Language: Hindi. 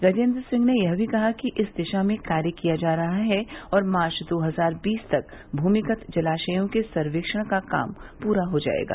गजेन्द्र सिंह ने यह भी कहा कि इस दिशा में कार्य किया जा रहा है और मार्च दो हजार बीस तक भूमिगत जलाशयों के सर्वेक्षण का काम पूरा हो जाएगा